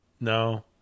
No